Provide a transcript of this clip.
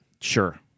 Sure